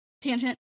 tangent